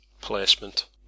placement